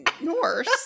Norse